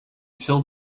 fill